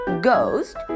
ghost